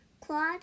Claude